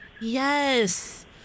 Yes